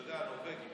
אתה יודע, נורבגי.